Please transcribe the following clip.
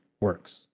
works